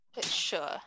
Sure